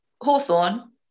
hawthorne